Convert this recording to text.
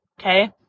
okay